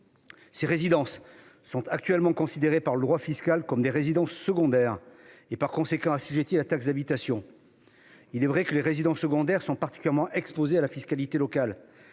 Ces résidences sont actuellement considérées par le droit fiscal comme des résidences secondaires, et sont par conséquent assujetties à la taxe d'habitation. Il est vrai que les propriétaires de résidences secondaires sont particulièrement exposés à la fiscalité locale,